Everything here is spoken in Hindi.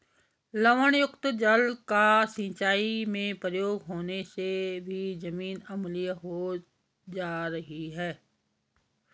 लवणयुक्त जल का सिंचाई में प्रयोग होने से भी जमीन अम्लीय हो जा रही है